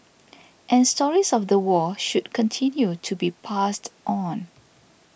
and stories of the war should continue to be passed on